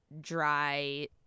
dry